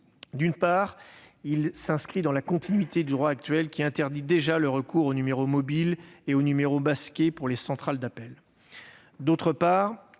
d'une part, il s'inscrit dans la continuité du droit actuel qui interdit déjà le recours aux numéros mobiles et aux numéros masqués pour les centrales d'appels